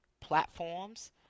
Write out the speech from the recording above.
platforms